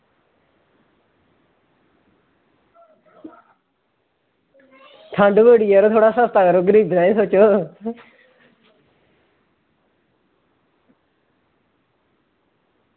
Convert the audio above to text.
ठंड बड़ी ऐ यरो थोह्ड़ा सस्ता करो गरीबें दा बी सोचो